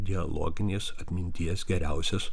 dialoginės atminties geriausias